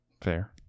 Fair